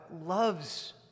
loves